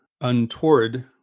untoward